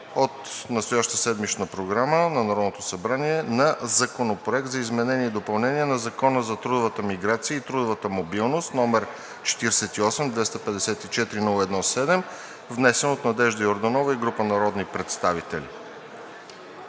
от настоящата седмична Програма на Народното събрание на Законопроект за изменение и допълнение на Закона за трудовата миграция и трудовата мобилност, № 48-254-01-7. Внесен е от Надежда Йорданова и група народни представители.